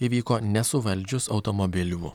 įvyko nesuvaldžius automobilių